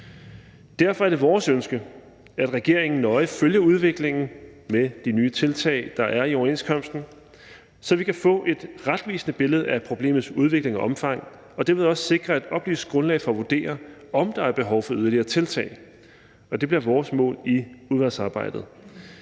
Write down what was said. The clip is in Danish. Derfor er det vores ønske, at regeringen nøje følger udviklingen med de nye tiltag, der er i overenskomsten, så vi kan få et retvisende billede af problemets udvikling og omfang og derved også sikre, at der er et oplyst grundlag for at vurdere, om der er behov for yderligere tiltag. Og det bliver vores mål i udvalgsarbejdet.